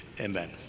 Amen